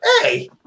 Hey